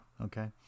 okay